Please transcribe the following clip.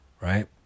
right